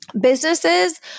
Businesses